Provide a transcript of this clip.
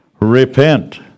Repent